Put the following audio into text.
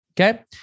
Okay